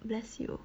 bless you